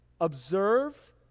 observe